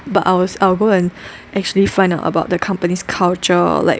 but I'll I'll go and actually find about the company's culture or like